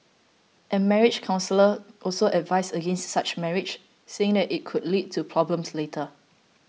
and marriage counsellors also advise against such marriages saying that it could lead to problems later